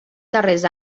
darrers